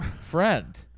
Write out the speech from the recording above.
friend